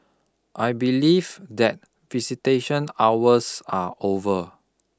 I believe that visitation hours are over